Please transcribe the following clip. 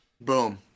Boom